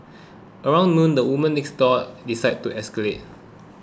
around noon the woman next door decides to escalate